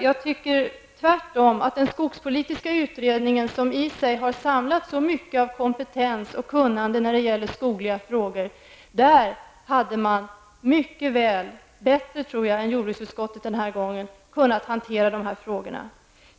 Jag tycker tvärtom att den skogspolitiska utredningen, som i sig har samlat så mycket av kompetens och kunskap i de skogspolitiska frågorna, mycket väl, bättre än jordbruksutskottet den här gången, hade kunnat hantera dessa frågor.